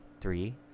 three